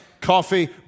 coffee